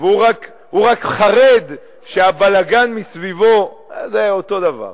והוא רק חרד שהבלגן מסביבו, זה היה אותו הדבר.